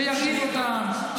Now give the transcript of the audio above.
שירעיב אותם,